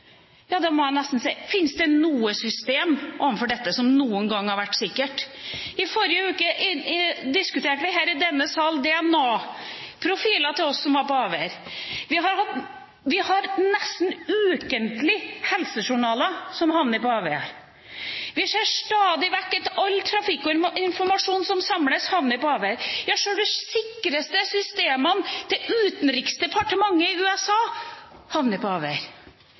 Da må jeg nesten si: Fins det noe system overfor dette som noen gang har vært sikkert? I forrige uke diskuterte vi i denne sal DNA-profiler som var på avveier. Vi har nesten ukentlig helsejournaler som havner på avveier. Vi ser stadig vekk at all trafikkinformasjon som samles, havner på avveier. Ja, sjøl de sikreste systemene til utenriksdepartementet i USA havner på